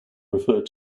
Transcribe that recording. referred